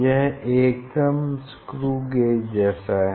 यह एकदम screw gauge जैसा है